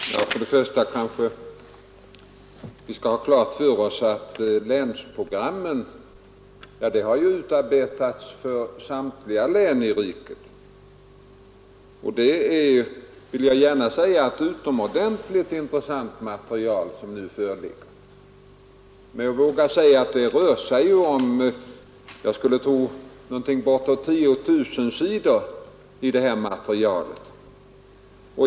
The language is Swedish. Herr talman! Först och främst kanske vi 'bör ha klart för oss att länsprogram har utarbetats för samtliga län i riket. De utgör — det vill jag gärna säga — ett utomordentligt intressant material, men jag vågar säga att det här rör sig om bortåt 10 000 sidor.